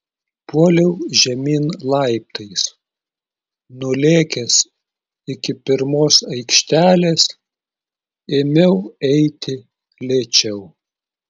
puoliau žemyn laiptais nulėkęs iki pirmos aikštelės ėmiau eiti lėčiau